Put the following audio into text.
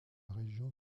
région